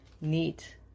neat